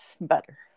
better